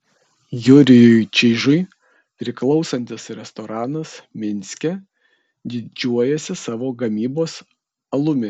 jurijui čižui priklausantis restoranas minske didžiuojasi savo gamybos alumi